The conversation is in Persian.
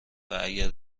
واگر